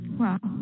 wow